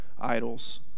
idols